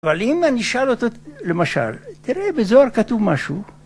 אבל אם אני אשאל אותו, למשל, תראה בזוהר כתוב משהו.